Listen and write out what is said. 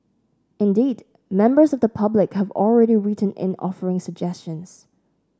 indeed members of the public have already written in offering suggestions